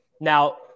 now